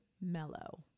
Mellow